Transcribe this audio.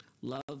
Love